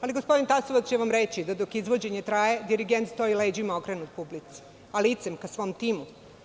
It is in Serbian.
Ali, gospodin Tasovac će vam reći, da dok izvođenje traje, dirigent stoji leđima okrenut publici, a licem ka svom timu.